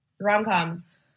Rom-coms